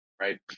right